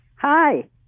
Hi